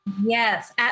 Yes